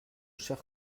cher